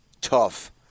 tough